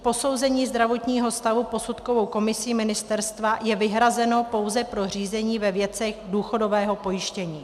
Posouzení zdravotního stavu posudkovou komisí ministerstva je vyhrazeno pouze pro řízení ve věcech důchodového pojištění.